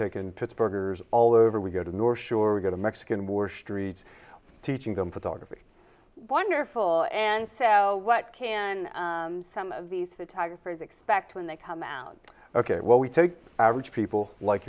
taken pittsburghers all over we go to north sure we get a mexican war streets teaching them photography wonderful and so what can some of these photographers expect when they come out ok well we take average people like